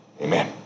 Amen